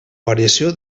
variació